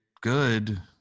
good